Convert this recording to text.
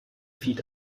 feed